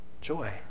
Joy